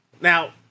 Now